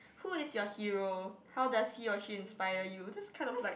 who is your Hero how does he or she inspire you that's kind of like